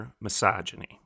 misogyny